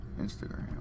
Instagram